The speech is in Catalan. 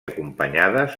acompanyades